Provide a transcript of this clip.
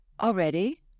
Already